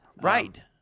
Right